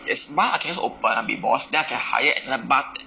yes bar I can just open I be boss then I can hire another bartend~